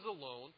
alone